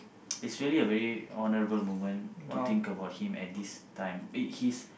it's really a very honourable moment to think about him at this time eh his